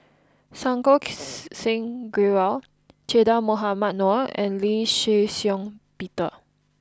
Santokh Singh Grewal Che Dah Mohamed Noor and Lee Shih Shiong Peter